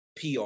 PR